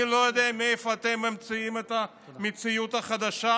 אני לא יודע מאיפה אתם ממציאים את המציאות החדשה,